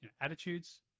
attitudes